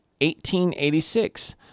1886